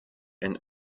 and